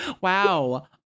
wow